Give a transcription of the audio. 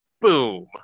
Boom